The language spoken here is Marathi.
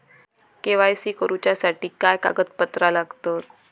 के.वाय.सी करूच्यासाठी काय कागदपत्रा लागतत?